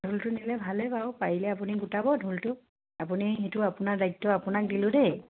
ঢোলটো নিলে ভালেই বাৰু পাৰিলে আপুনি গোটাব ঢোলটো আপুনি সেইটো আপোনাৰ দায়িত্ব আপোনাক দিলোঁ দেই